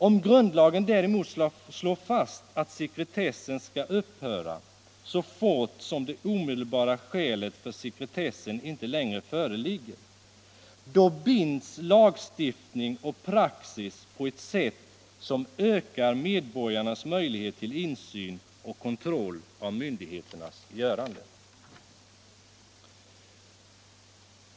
Om grundlagen däremot slår fast att sekretessen skall upphöra så fort det omedelbara skälet för sekretessen inte längre föreligger, då binds lagstiftning och praxis på ett sätt som ökar medborgarnas möjlighet till insyn och kontroll av myndigheternas göranden.